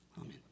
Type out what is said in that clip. Amen